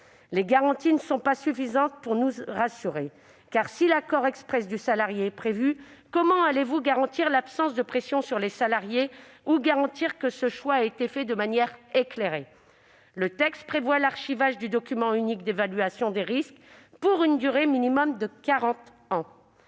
Les garanties ne sont pas suffisantes pour nous rassurer. En effet, si l'accord exprès du salarié est prévu, comment allez-vous garantir l'absence de pression sur les salariés ou vous assurer que ce choix a été fait de manière éclairée ? Le texte prévoit l'archivage du document unique d'évaluation des risques pour une durée minimum de quarante